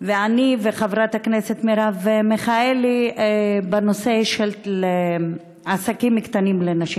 חברת הכנסת מרב מיכאלי ושלי בנושא של עסקים קטנים לנשים.